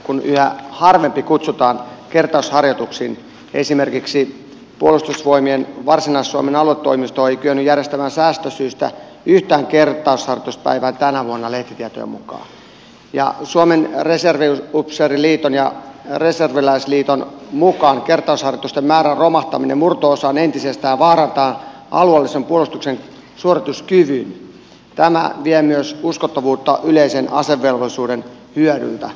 kun yhä harvempi kutsutaan kertausharjoituksiin esimerkiksi puolustusvoimien varsinais suomen aluetoimisto ei kyennyt järjestämään säästösyistä yhtään kertausharjoituspäivää tänä vuonna lehtitietojen mukaan ja suomen reserviupseeriliiton ja reserviläisliiton mukaan kertausharjoitusten määrän romahtaminen murto osaan entisestään vaarantaa alueellisen puolustuksen suorituskyvyn tämä vie myös uskottavuutta yleiseen asevelvollisuuden hyödyltä